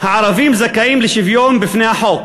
הערבים זכאים לשוויון בפני החוק,